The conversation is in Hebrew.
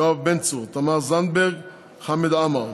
יואב בן צור, תמר זנדברג, חמד עמאר.